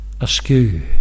askew